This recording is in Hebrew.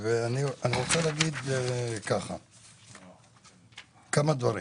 ואני רוצה לומר כמה דברים.